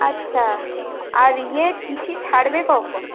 আচ্ছা আর ইয়ে তিথি ছাড়বে কখন